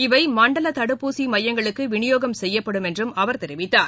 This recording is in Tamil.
இவை மண்டலதடுப்பூசிமையங்களுக்குவிளியோகம் செய்யப்படும் என்றும் அவர் தெரிவித்தார்